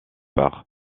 par